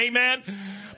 Amen